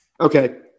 Okay